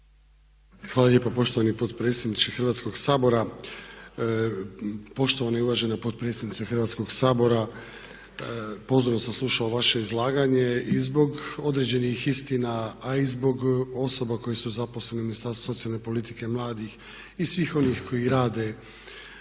Hvala lijepa poštovani potpredsjedniče Hrvatskog sabora. Poštovana i uvažena potpredsjednice Hrvatskog sabora, pozorno sam slušao vaše izlaganje i zbog određenih istina a i zbog osoba koje su zaposlene u Ministarstvu socijalne politike i mladih i svih onih koji rade